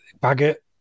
Baggett